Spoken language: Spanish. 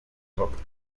rock